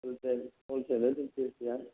ꯍꯣꯜꯁꯦꯜꯗ ꯑꯗꯨꯝ ꯄꯤꯔꯁꯨ ꯌꯥꯏ